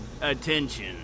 attention